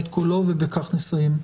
נשמע את קולו ובכך נסיים.